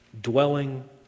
dwelling